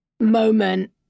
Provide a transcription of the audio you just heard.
moment